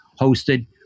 hosted